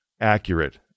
accurate